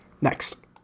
Next